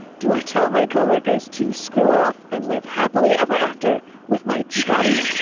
do i tell my co-workers to screw off and live happily ever after with my chatty,